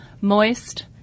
Moist